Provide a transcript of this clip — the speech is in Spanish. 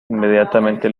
inmediatamente